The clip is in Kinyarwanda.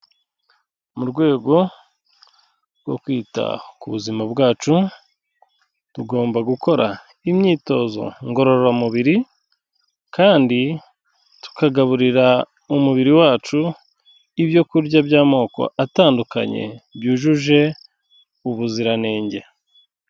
Mu rwego rwo kwita ku buzima bwacu, tugomba gukora imyitozo ngororamubiri kandi tukagaburira umubiri wacu ibyo kurya by'amoko atandukanye, byujuje ubuziranenge.